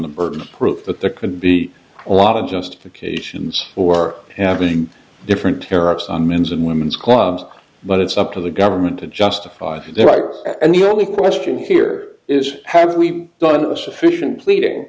the burden of proof that there could be a lot of justifications for having different tariffs on men's and women's clubs but it's up to the government to justify their rights and the only question here is have we done a sufficient pleading